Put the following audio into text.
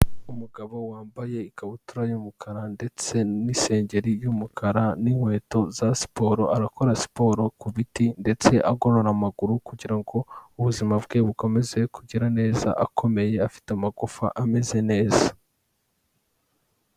Umugabo wambaye ikabutura y'umukara ndetse n'isengeri y'umukara n'inkweto za siporo, arakora siporo ku biti ndetse agorora amaguru kugira ngo ubuzima bwe bukomeze kugira neza, akomeye afite amagufa ameze neza.